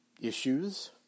issues